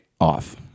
off